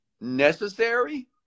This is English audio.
necessary